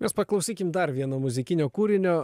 mes paklausykim dar vieno muzikinio kūrinio